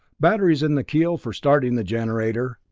batteries in the keel for starting the generator.